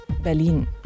Berlin